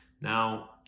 Now